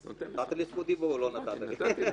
נתת לי זכות דיבור או לא נתת לי?